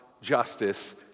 justice